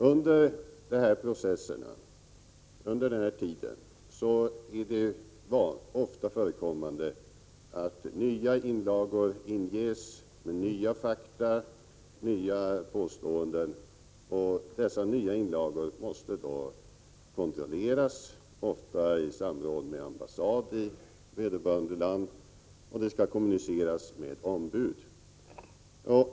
Under denna tid är det ofta förekommande att nya inlagor inges med nya fakta och nya påståenden, och dessa nya inlagor måste då kontrolleras, ofta i samråd med ambassader i vederbörande land, man måste kommunicera genom ombud.